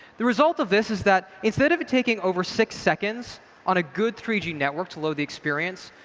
the result of this is that instead of taking over six seconds on a good three g network to load the experience,